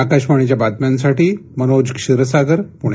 आकाशवाणीच्या बातम्यांसाठी मनोज क्षीरसागर पुणे